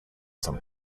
some